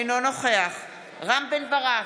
אינו נוכח רם בן ברק,